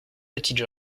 petites